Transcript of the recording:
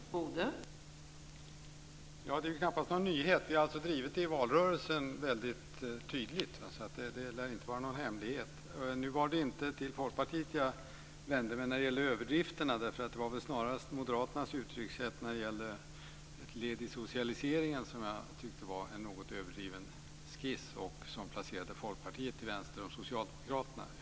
Fru talman! Detta är knappast någon nyhet. Vi har drivit det väldigt tydligt i valrörelsen. Det lär inte vara någon hemlighet. Det var inte till Folkpartiet jag vände mig när det gällde överdrifterna. Det var snarast Moderaternas uttryckssätt om ett led i socialisering som jag tyckte var en något överdriven skiss som placerade Folkpartiet till vänster om Socialdemokraterna.